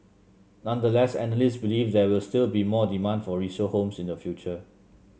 nonetheless analysts believe there will still be more demand for resale homes in the future